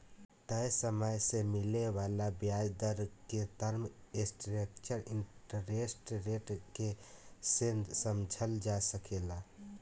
तय समय में मिले वाला ब्याज दर के टर्म स्ट्रक्चर इंटरेस्ट रेट के से समझल जा सकेला